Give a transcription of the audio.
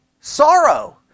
sorrow